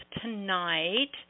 tonight